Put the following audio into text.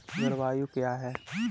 जलवायु क्या है?